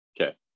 Okay